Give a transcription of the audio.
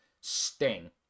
Sting